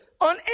on